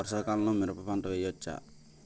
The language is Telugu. వర్షాకాలంలో మిరప పంట వేయవచ్చా?